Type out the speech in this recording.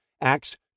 Acts